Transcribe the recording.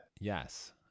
Yes